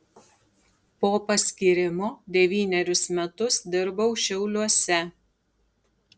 po paskyrimo devynerius metus dirbau šiauliuose